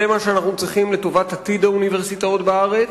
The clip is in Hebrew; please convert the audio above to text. זה מה שאנחנו צריכים לטובת עתיד האוניברסיטאות בארץ,